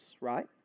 right